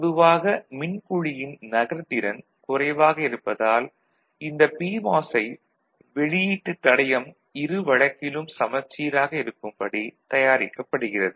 பொதுவாக மின்குழியின் நகர்திறன் குறைவாக இருப்பதால் இந்த பிமாஸ் ஐ வெளியீட்டுத் தடையம் இரு வழக்கிலும் சமச்சீராக இருக்கும்படி தயாரிக்கப்படுகிறது